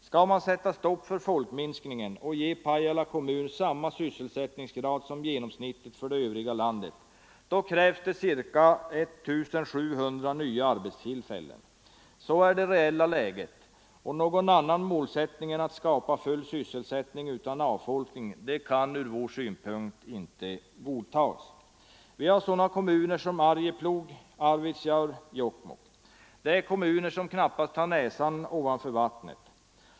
Skall man sätta stopp för folkminskningen och ge Pajala kommun samma sysselsättningsgrad som genomsnittet för det övriga landet krävs det 1700 nya arbetstillfällen. Så är det reella läget, och någon annan målsättning än att skapa full sysselsättning utan avfolkning kan ur vår synpunkt inte godtas. Vi har sådana kommuner som Arjeplog, Arvidsjaur och Jokkmokk. Det är kommuner som knappt har näsan ovanför vattenytan.